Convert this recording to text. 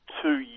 two